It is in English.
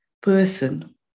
person